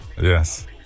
Yes